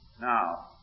now